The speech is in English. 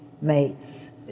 mates